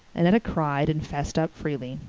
annetta cried and fessed up freely.